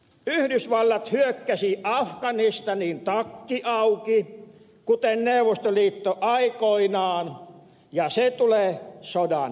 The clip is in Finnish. yhdysvallat hyökkäsi afganistaniin takki auki kuten neuvostoliitto aikoinaan ja se tulee sodan häviämään